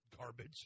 garbage